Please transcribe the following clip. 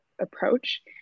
approach